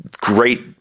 great